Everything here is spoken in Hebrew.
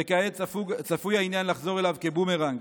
וכעת צפוי העניין לחזור אליו כבומרנג.